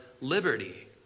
Liberty